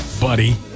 buddy